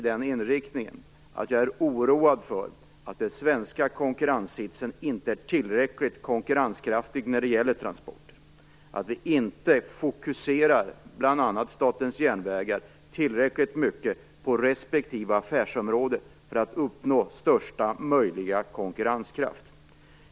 Jag är alltså oroad för att vi i Sverige inte är tillräckligt konkurrenskraftiga när det gäller transporter, att vi inte fokuserar bl.a. Statens järnvägar tillräckligt mycket på respektive affärsområde för att uppnå största möjliga konkurrenskraft.